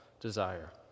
desire